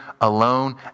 alone